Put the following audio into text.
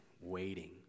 waiting